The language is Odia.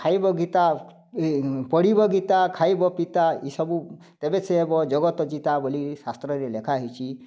ଖାଇବ ଗୀତା ଏ ପଢ଼ିବ ଗୀତା ଖାଇବ ପିତା ଏସବୁ ତେବେ ସେ ହେବ ଜଗତ ଜିତା ବୋଲି ଶାସ୍ତ୍ରରେ ଲେଖା ହେଇଛି